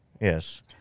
yes